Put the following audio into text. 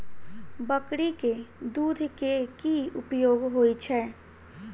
बकरी केँ दुध केँ की उपयोग होइ छै?